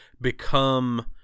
become